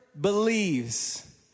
believes